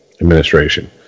administration